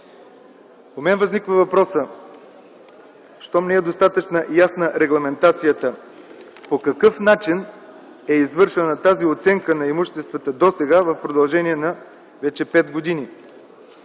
У мен възниква въпросът: щом не е достатъчно ясна регламентацията, по какъв начин е извършена оценката на имуществата досега в продължение вече на пет години?